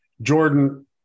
Jordan